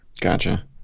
gotcha